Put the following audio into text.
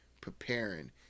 preparing